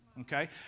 Okay